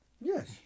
Yes